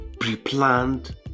pre-planned